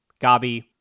Gabi